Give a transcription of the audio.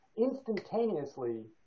instantaneously